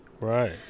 Right